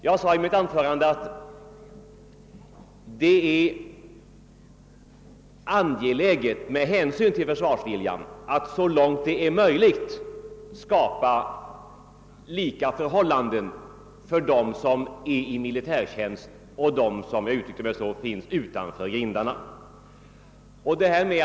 Jag sade i mitt första anförande: För att få pojkarna i militärtjänsten aktivt engagerade för och positivt inställda till sina uppgifter ansågs det angeläget att så långt det är möjligt skapa ungefär likartade villkor för pojkarna utanför och innanför kaserngrindarna.